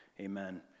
Amen